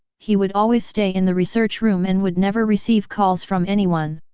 he would always stay in the research room and would never receive calls from anyone.